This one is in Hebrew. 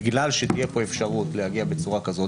בגלל שתהיה כאן אפשרות להגיע בצורה כזאת,